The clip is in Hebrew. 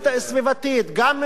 גם מבחינה חברתית,